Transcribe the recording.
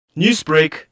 Newsbreak